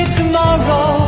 tomorrow